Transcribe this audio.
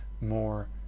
more